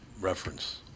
reference